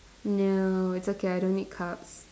ya it's okay I don't need cups